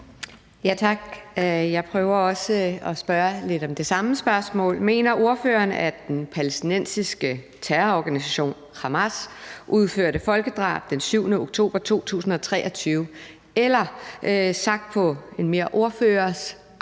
Tak. Jeg prøver også at spørge lidt om det samme. Mener ordføreren, at den palæstinensiske terrororganisation Hamas udførte folkedrab den 7. oktober 2023, eller – sagt på en mere ordføreragtig